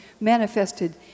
manifested